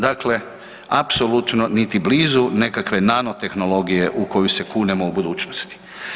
Dakle, apsolutno niti blizu nekakve nanotehnologije u koju se kunemo u budućnosti.